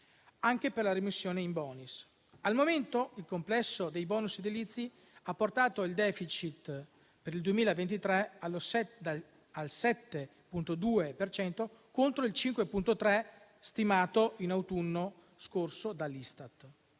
anche per la remissione *in bonis*. Al momento, il complesso dei *bonus* edilizi ha portato il *deficit* per il 2023 al 7,2 per cento, contro il 5,3 stimato nell'autunno scorso dall'Istat.